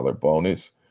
bonus